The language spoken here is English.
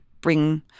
bring